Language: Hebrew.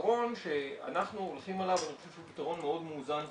הפתרון שאנחנו הולכים עליו אני חושב שהוא פתרון מאוד מאוזן ונכון.